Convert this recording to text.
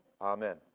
Amen